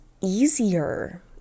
easier